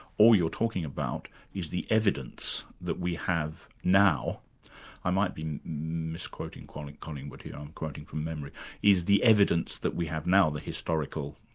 all you're talking about is the evidence that we have now i might be misquoting collingwood here, i'm quoting from memory is the evidence that we have now, the historical